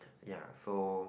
ya so